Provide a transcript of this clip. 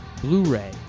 blu-ray